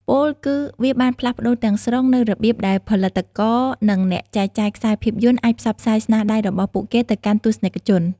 ពោលគឺ វាបានផ្លាស់ប្ដូរទាំងស្រុងនូវរបៀបដែលផលិតករ និងអ្នកចែកចាយខ្សែភាពយន្តអាចផ្សព្វផ្សាយស្នាដៃរបស់ពួកគេទៅកាន់ទស្សនិកជន។